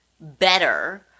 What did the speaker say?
better